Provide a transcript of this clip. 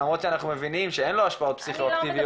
למרות שאנחנו מבינים שאין לו השפעות פסיכואקטיביות.